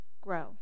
grow